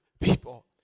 people